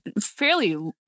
fairly